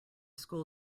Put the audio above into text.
school